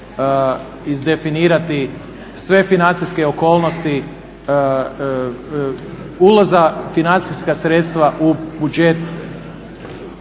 izdefinirati sve financijske okolnosti, ulaza financijskih sredstava u budžet